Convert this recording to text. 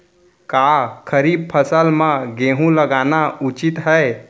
का खरीफ फसल म गेहूँ लगाना उचित है?